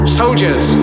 soldiers